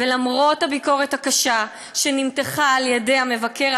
ולמרות הביקורת הקשה שנמתחה על-ידי המבקר,